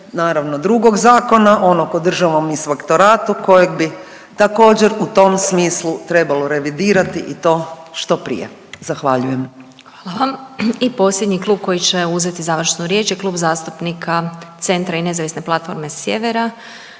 naravno drugog zakona, onog o Državnom inspektoratu kojeg bi također u tom smislu trebalo revidirati i to što prije, zahvaljujem. **Glasovac, Sabina (SDP)** Hvala. I posljednji klub koji će uzeti riječ je Klub zastupnika Centra i Nezavisne platforme Sjevera,